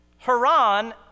Haran